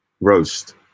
Roast